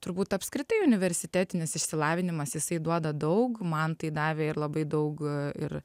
turbūt apskritai universitetinis išsilavinimas jisai duoda daug man tai davė ir labai daug ir